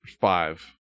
Five